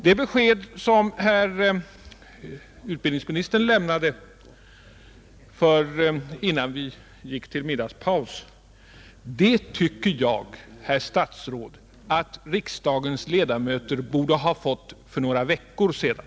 Det besked som herr utbildningsministern lämnade innan vi gick till middagspaus tycker jag, herr statsråd, att riksdagens ledamöter borde ha fått för några veckor sedan,